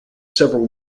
several